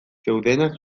zeudenak